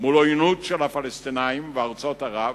מול עוינות של הפלסטינים וארצות ערב,